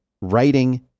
writing